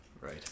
right